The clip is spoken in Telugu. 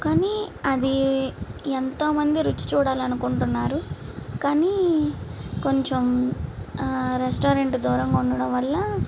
కానీ అది ఎంత మంది రుచి చూడాలనుకుంటున్నారు కానీ కొంచం ఆ రెస్టారెంట్ దూరంగా ఉండడం వల్ల